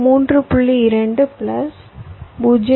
2 plus 0